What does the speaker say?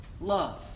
love